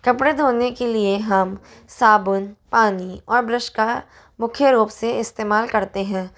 कपड़े धोने के लिए हम साबुन पानी और ब्रश का मुख्य रूप से इस्तेमाल करते हैं